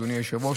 אדוני היושב-ראש,